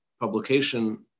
publication